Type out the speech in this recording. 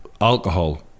alcohol